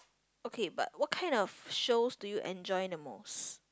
okay but what kind of shows do you enjoy the most